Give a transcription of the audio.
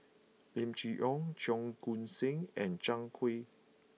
Lim Chee Onn Cheong Koon Seng and Zhang Hui